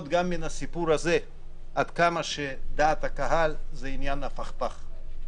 גם מהסיפור הזה עד כמה שדעת קהל היא עניין הפכפך.